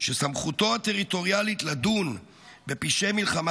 שסמכותו הטריטוריאלית לדון בפשעי מלחמה